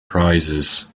prizes